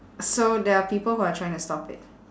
so there are people who are trying to stop it